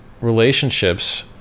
relationships